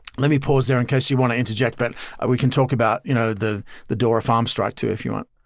let me pause there in case you want to interject, but we can talk about you know the the dora farms strike too if you want.